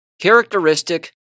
characteristic